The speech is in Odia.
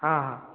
ହଁ ହଁ